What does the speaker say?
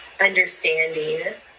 understanding